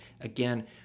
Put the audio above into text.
again